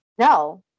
No